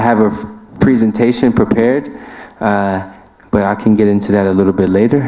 have a presentation prepared but i can get into that a little bit later